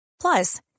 Plus